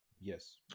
Yes